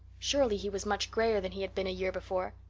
surely he was much grayer than he had been a year before.